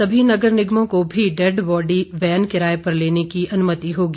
सभी नगर निगमों को भी डेड बॉडी वैन किराये पर लेने की अनुमति होगी